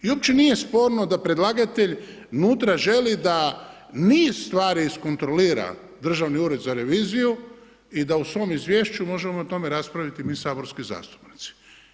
I uopće nije sporno da predlagatelj nutra želi da niz stvari iz kontrolira Državni ured za reviziju i da u svom izvješću možemo o tome raspraviti mi saborski zastupnici.